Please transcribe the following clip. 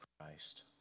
Christ